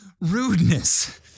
rudeness